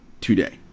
today